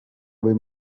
või